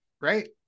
Right